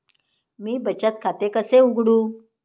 मी बचत खाते कसे उघडू?